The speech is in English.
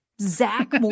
Zach